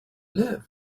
live